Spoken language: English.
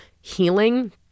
healing